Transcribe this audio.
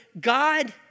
God